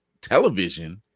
television